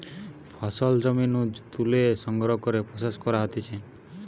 ফসল জমি নু তুলে সংগ্রহ করে প্রসেস করা হতিছে